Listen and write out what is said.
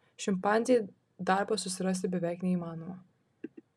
šimpanzei darbą susirasti beveik neįmanoma